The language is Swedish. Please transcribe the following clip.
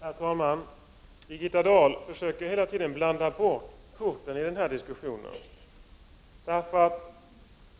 Herr talman! Birgitta Dahl försöker hela tiden blanda bort korten i den här diskussionen.